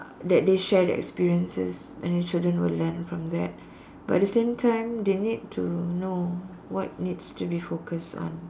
that they share their experiences and the children will learn from that but at the same time they need to know what needs to be focused on